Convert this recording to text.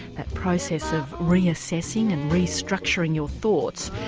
that process of reassessing and restructuring your thoughts,